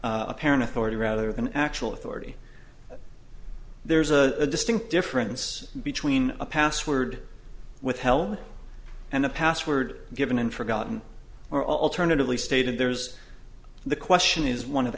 its apparent authority rather than actual authority there's a distinct difference between a password withheld and a password given and forgotten or alternatively stated there's the question is one of the